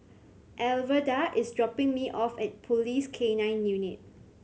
Alverda is dropping me off at Police K Nine Unit